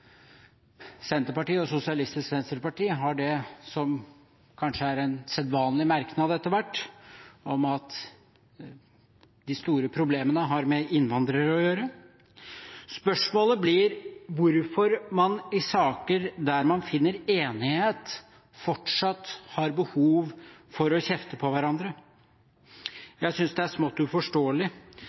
Senterpartiet og Sosialistisk Venstreparti har det som kanskje er en sedvanlig merknad etter hvert om at de store problemene har med innvandrere å gjøre. Spørsmålet blir hvorfor man i saker der man finner enighet, fortsatt har behov for å kjefte på hverandre. Jeg synes det er smått uforståelig